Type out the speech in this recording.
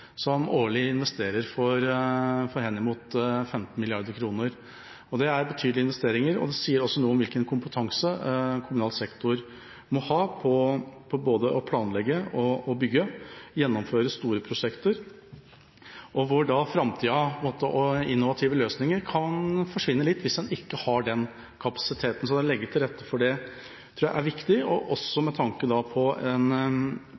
som årlig investerer for henimot 15 mrd. kr. Det er betydelige investeringer, og det sier også noe om hvilken kompetanse kommunal sektor må ha både for å planlegge, bygge og gjennomføre store prosjekter, og innovative løsninger kan forsvinne litt i framtida hvis en ikke har den kapasiteten. Så å legge til rette for det tror jeg er viktig, også med tanke på en